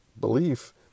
belief